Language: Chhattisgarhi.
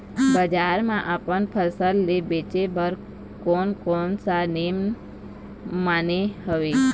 बजार मा अपन फसल ले बेचे बार कोन कौन सा नेम माने हवे?